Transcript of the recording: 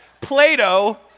Plato